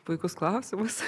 puikus klausimas